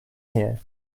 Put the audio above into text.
here